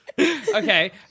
okay